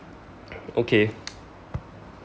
okay